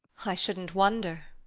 i shouldn't wonder.